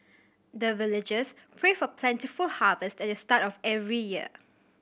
the villagers pray for plentiful harvest at the start of every year